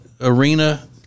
arena